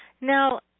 now